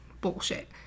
bullshit